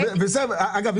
דרך אגב,